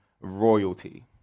royalty